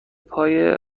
پای